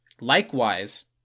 Likewise